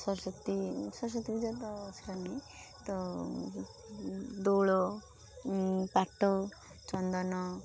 ସରସ୍ୱତୀ ସରସ୍ୱତୀ ପୂଜା ତ ସେରା ନୁହେଁ ତ ଦୋଳ ପାଟ ଚନ୍ଦନ